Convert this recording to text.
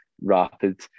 rapid